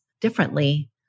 differently